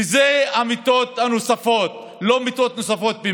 ואלה המיטות הנוספות, לא באמת מיטות נוספות.